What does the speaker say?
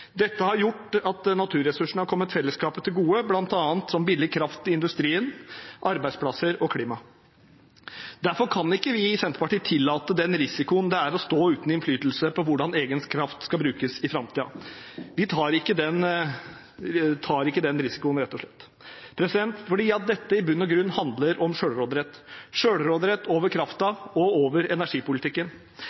Dette har gjort at naturressursene har kommet felleskapet til gode, bl.a. som billig kraft til industrien, arbeidsplasser og klima. Derfor kan vi ikke tillate oss den risikoen det er å stå uten innflytelse på hvordan egen kraft skal brukes i framtiden. Vi tar ikke den risikoen rett og slett. Dette handler i bunn og grunn om sjølråderett, sjølråderett over kraften og over energipolitikken.